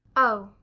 oh,